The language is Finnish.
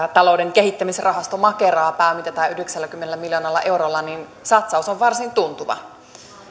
kehittämisrahasto makeraa pääomitetaan yhdeksälläkymmenellä miljoonalla eurolla niin satsaus on varsin tuntuva